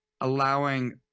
allowing